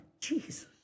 Jesus